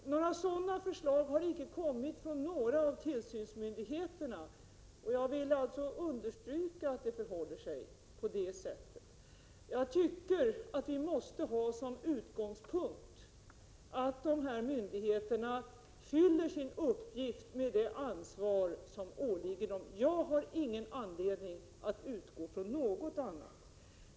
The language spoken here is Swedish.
Några sådana förslag har inte kommit från någon av tillsynsmyndigheterna, och jag vill understryka att det förhåller sig på det sättet. Jag tycker att vi måste ha som utgångspunkt att de här myndigheterna fyller sin uppgift med = Prot. 1987/88:51 det ansvar som åligger dem. Jag har ingen anledning att utgå från något — 14januari 1988 annat.